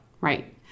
Right